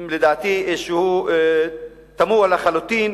לדעתי, שהוא תמוה לחלוטין.